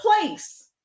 place